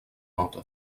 nota